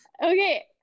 Okay